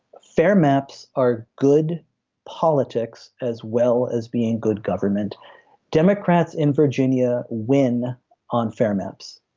fair maps are good politics as well as being good government democrats in virginia. win on fair maps.